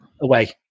away